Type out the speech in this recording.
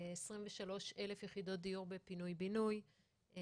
23,000 יחידות דיור בפינוי-בינוי,